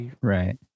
Right